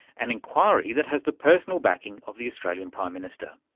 an inquiry that has the personal backing of the australian prime minister.